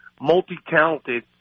multi-talented